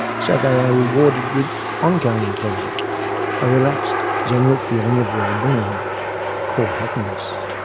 so they are rewarded with ongoing pleasure a relaxed, general feeling of wellbeing core happiness.